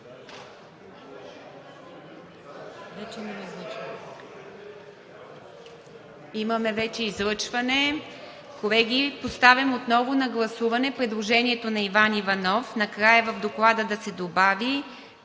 ИВА МИТЕВА: Имаме вече излъчване. Колеги, поставям отново на гласуване предложението на Иван Иванов – накрая в Доклада да се добави